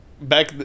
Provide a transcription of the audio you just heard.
back